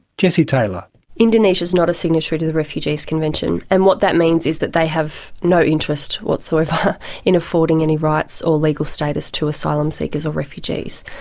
jessie taylor indonesia is not a signatory to the refugees convention, and what that means is that they have no interest whatsoever in affording any rights or legal status to asylum seekers or refugees.